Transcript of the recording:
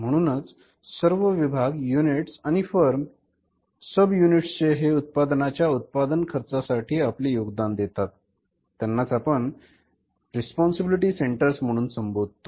म्हणूनच सर्व विभाग युनिट्स आणि फर्म चे सब युनिट्स हे उत्पादकाच्या उत्पादन खर्च्यासाठी आपले योगदान देतात त्यांनाच आपण भिन्न जबाबदारी केंद्र म्हणून संबोधतो